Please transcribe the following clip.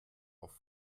auf